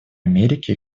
америки